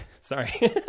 Sorry